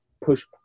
push